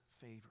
favor